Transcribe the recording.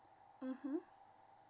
mmhmm